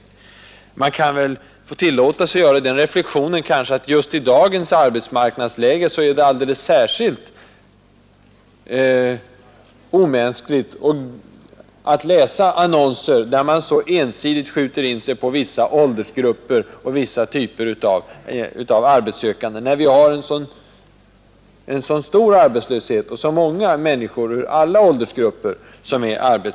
Nr 138 Jag kan kanske få tillåta mig att göra den reflexionen, att just i dagens Fredagen den arbetsmarknadsläge är det alldeles särskilt omänskligt med annonser där 3 december 1971 man ensidigt skjuter in sig på vissa åldersgrupper och vissa typer av ——— arbetssökande, när vi har en så stor arbetslöshet och när så många Lagstiftning mot människor ur alla åldersgrupper behöver nya jobb.